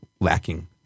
lacking